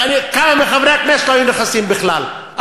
כמה מחברי הכנסת לא היו נכנסים בכלל.